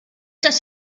das